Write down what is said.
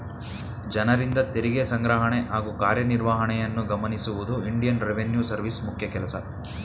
ಜನರಿಂದ ತೆರಿಗೆ ಸಂಗ್ರಹಣೆ ಹಾಗೂ ಕಾರ್ಯನಿರ್ವಹಣೆಯನ್ನು ಗಮನಿಸುವುದು ಇಂಡಿಯನ್ ರೆವಿನ್ಯೂ ಸರ್ವಿಸ್ ಮುಖ್ಯ ಕೆಲಸ